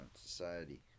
society